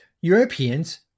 Europeans